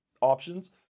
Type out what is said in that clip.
options